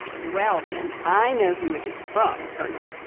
well, then, i know who it is from, colonel.